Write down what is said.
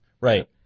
Right